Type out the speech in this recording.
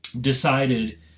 Decided